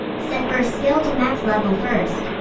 set first skill to max level first.